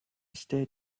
stay